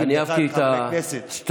אני אהבתי את הסטרואידים.